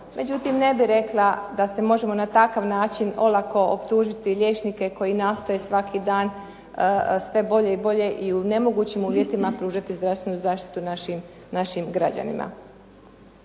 međutim ne bih rekla da se možemo na takav način olako optužiti liječnike koji nastoje svaki dan sve bolje i bolje i u nemogućim uvjetima pružati zdravstvenu zaštitu našim građanima.